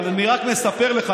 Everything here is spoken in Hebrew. אבל אני רק מספר לך,